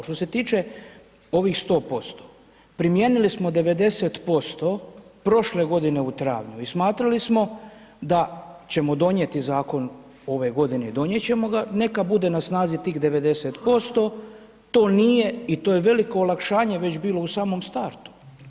Što se tile ovih 100%, primijenili smo 90% prošle godine u travnju i smatrali smo da ćemo donijeti zakon ove godine i donijet ćemo ga, neka bude na snazi tih 90% to nije i to je veliko olakšanje već bilo u samom startu.